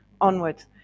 onwards